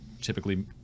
typically